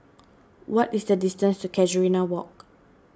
what is the distance to Casuarina Walk